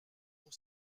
pour